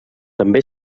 també